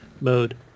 mode